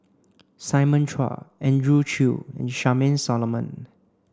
Simon Chua Andrew Chew Charmaine Solomon